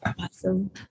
awesome